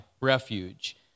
refuge